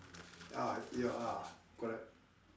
uh ya ah correct